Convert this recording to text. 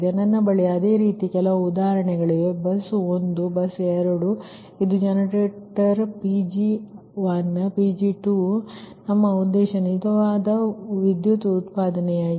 ನನ್ನ ಬಳಿ ಅದೇ ರೀತಿಯ ಕೆಲವು ಉದಾಹರಣೆಗಳಿವೆ ಬಸ್ ಒಂದು ಬಸ್ ಎರಡು ಇದು ಜನರೇಟರ್ Pg1 Pg2 ನಮ್ಮ ಉದ್ದೇಶ ನಿಜವಾದ ವಿದ್ಯುತ್ ಉತ್ಪಾದನೆಯಾಗಿದೆ